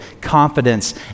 confidence